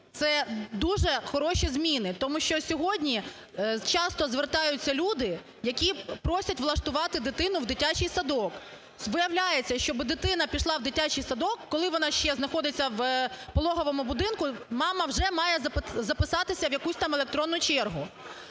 це дуже хороші зміни. Тому що сьогодні часто звертаються люди, які просять влаштувати дитину в дитячий садок. Виявляється, щоб дитина пішла в дитячий садок, коли вона ще знаходиться в пологовому будинку, мама вже має записатися в якусь там електрону чергу.